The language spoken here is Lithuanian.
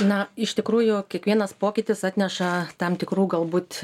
na iš tikrųjų kiekvienas pokytis atneša tam tikrų galbūt